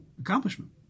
accomplishment